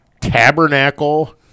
tabernacle